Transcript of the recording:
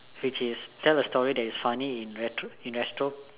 which is tell a story that is funny in retro~ in retro~